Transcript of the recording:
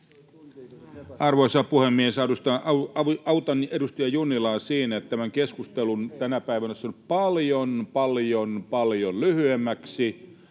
Arvoisa puhemies! Autan edustaja Junnilaa siinä, että tämän keskustelun tänä päivänä olisi saanut paljon,